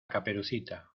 caperucita